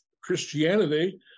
Christianity